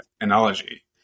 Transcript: analogy